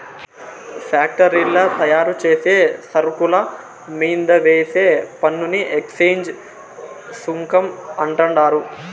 ఫ్యాక్టరీల్ల తయారుచేసే సరుకుల మీంద వేసే పన్నుని ఎక్చేంజ్ సుంకం అంటండారు